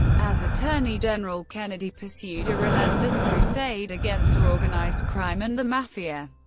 as attorney general, kennedy pursued a relentless crusade against organized crime and the mafia,